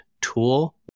tool